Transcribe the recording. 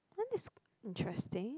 then this interesting